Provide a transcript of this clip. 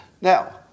Now